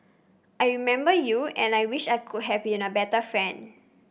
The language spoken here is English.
I remember you and I wish I could have been a better friend